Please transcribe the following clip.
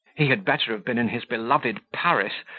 he had better have been in his beloved paris,